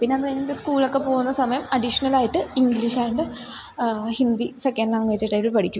പിന്നെയതു കഴിഞ്ഞിട്ട് സ്കൂളൊക്കെ പോവുന്ന സമയം അഡീഷണലായിട്ട് ഇംഗ്ലീഷായതുകൊണ്ട് ഹിന്ദി സെക്കൻ്റ് ലാംഗ്വേജായിട്ടവർ പഠിക്കും